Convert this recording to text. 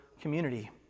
community